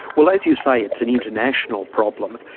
well as you say, it's an international problem.